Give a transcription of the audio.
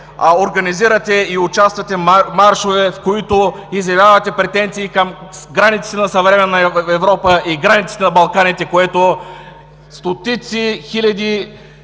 организирате и участвате в маршове, в които изявявате претенции към границите на съвременна Европа и границите на Балканите, което стотици хиляди